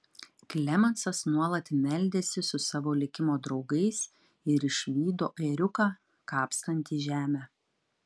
klemensas nuolat meldėsi su savo likimo draugais ir išvydo ėriuką kapstantį žemę